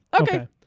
Okay